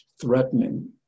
threatening